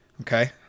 Okay